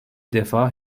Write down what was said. defa